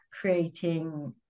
creating